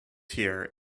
here